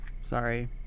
Sorry